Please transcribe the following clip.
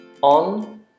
on